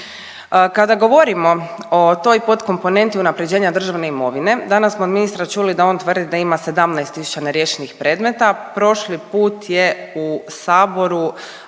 Kada govorimo o toj podkomponenti unaprjeđenja državne imovine danas smo ministra čuli da on tvrdi da ima 17 tisuća neriješenih predmeta, prošli put je u saboru